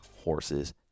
horse's